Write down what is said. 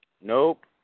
Nope